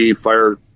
fire